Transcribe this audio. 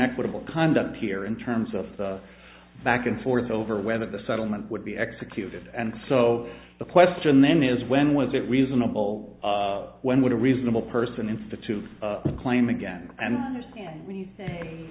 equitable conduct here in terms of back and forth over whether the settlement would be executed and so the question then is when was it reasonable when would a reasonable person institute claim again and when you say